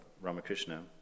Ramakrishna